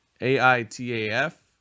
A-I-T-A-F